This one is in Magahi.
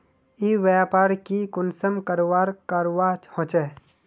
ई व्यापार की कुंसम करवार करवा होचे?